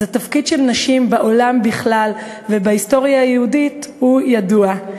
אז התפקיד של נשים בעולם בכלל ובהיסטוריה היהודית הוא ידוע.